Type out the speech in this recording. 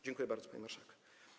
Dziękuję bardzo, pani marszałek.